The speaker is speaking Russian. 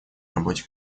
работе